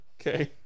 Okay